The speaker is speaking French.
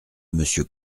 monsieur